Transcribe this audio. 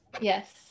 Yes